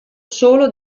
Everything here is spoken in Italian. solo